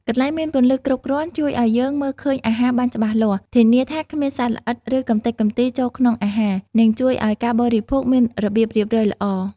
កន្លែងមានពន្លឺគ្រប់គ្រាន់ជួយឲ្យយើងមើលឃើញអាហារបានច្បាស់លាស់ ធានាថាគ្មានសត្វល្អិត ឬកំទេចកំទីចូលក្នុងអាហារ និងជួយឲ្យការបរិភោគមានរបៀបរៀបរយល្អ ។